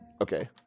Okay